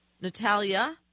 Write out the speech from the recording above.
Natalia